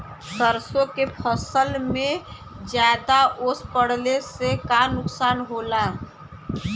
सरसों के फसल मे ज्यादा ओस पड़ले से का नुकसान होला?